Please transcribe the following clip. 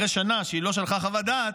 אחרי שנה שהיא לא שלחה חוות דעת,